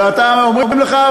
ואומרים לך,